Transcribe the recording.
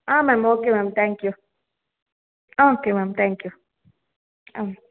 um ma'am okay ma'am thank you okay ma'am thank you ಹಾಂ